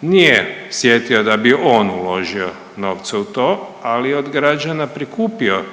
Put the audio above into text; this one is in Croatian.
nije sjetio da bi on uložio novce u to, ali je od građana prikupio,